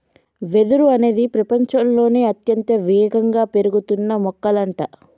వెదురు అనేది ప్రపచంలోనే అత్యంత వేగంగా పెరుగుతున్న మొక్కలంట